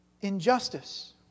injustice